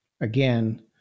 again